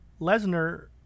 Lesnar